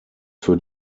für